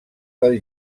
del